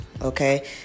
Okay